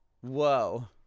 Whoa